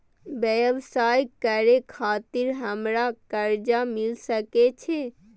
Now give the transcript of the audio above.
व्यवसाय करे खातिर हमरा कर्जा मिल सके छे?